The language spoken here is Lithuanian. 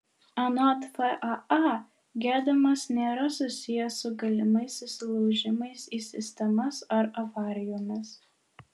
anot faa gedimas nėra susijęs su galimais įsilaužimais į sistemas ar avarijomis